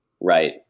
Right